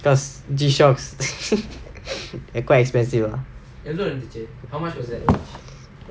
cause G shock is quite expensive lah